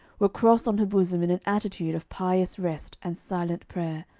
were crossed on her bosom in an attitude of pious rest and silent prayer,